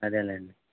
అదేలెండి